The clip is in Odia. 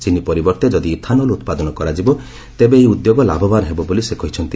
ଚିନି ପରିବର୍ତ୍ତେ ଯଦି ଇଥାନଲ୍ ଉତ୍ପାଦନ କରାଯିବ ତେବେ ଏହି ଉଦ୍ୟୋଗ ଲାଭବାନ୍ ହେବ ବୋଲି ସେ କହିଛନ୍ତି